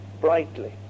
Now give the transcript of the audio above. brightly